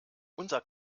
unser